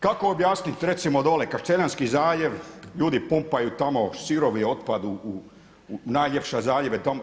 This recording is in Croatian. Kako objasnit recimo dole Kaštelanski zaljev ljudi pumpaju tamo sirovi otpad u najljepše zaljeve tamo.